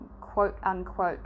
quote-unquote